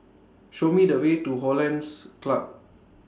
Show Me The Way to Hollandse Club